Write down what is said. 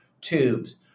tubes